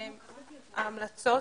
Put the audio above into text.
ההמלצות,